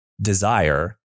desire